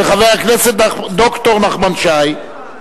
של חבר הכנסת ד"ר נחמן שי.